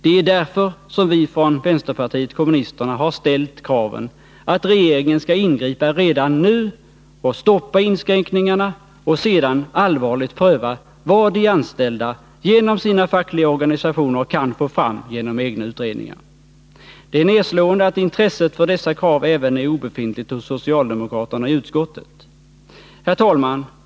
Det är därför som vi från vpk har ställt kraven att regeringen skall ingripa redan nu och stoppa inskränkningarna och sedan allvarligt pröva vad de anställda genom sina fackliga organisationer kan få fram genom egna utredningar. Det är nedslående att intresset för dessa krav är ganska obefintligt även hos socialdemokraterna i utskottet. Fru talman!